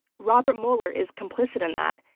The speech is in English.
robert mueller is complicit in that.